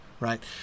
right